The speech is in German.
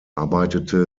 arbeitete